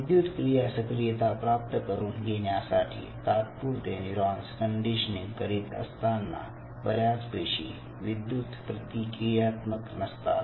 विद्युत किया सक्रियता प्राप्त करून घेण्या साठी तात्पुरते न्यूरॉन्स कंडीशनिंग करीत असताना बऱ्याच पेशी विद्युत प्रतिक्रियात्मक नसतात